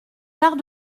quart